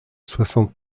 soixante